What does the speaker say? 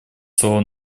слово